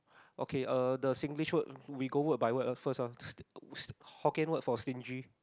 okay uh the Singlish word we go word by word uh first ah hokkien word for stingy